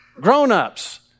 grown-ups